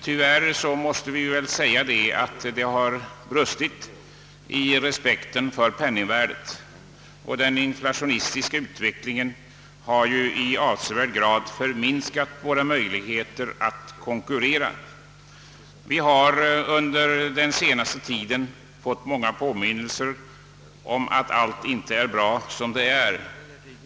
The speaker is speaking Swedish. Ty värr måste sägas att det har brustit i respekt för penningvärdet och att den inflationistiska utvecklingen har i avsevärd grad förminskat våra möjligheter att konkurrera. Vi har under den senaste tiden fått åtskilliga påminnelser om att allt inte är bra som det är.